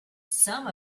some